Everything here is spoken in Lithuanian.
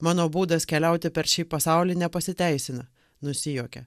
mano būdas keliauti per šį pasaulį nepasiteisina nusijuokia